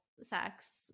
sex